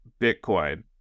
Bitcoin